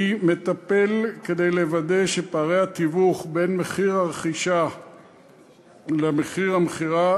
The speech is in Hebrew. אני מטפל כדי לוודא שפערי התיווך בין מחיר הרכישה למחיר המכירה